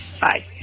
bye